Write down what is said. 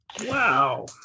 Wow